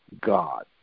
God